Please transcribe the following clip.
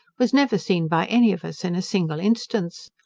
was never seen by any of us in a single instance.